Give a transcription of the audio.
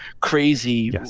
crazy